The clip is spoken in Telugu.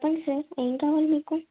చెప్పండి సార్ ఏం కావాలి మీకు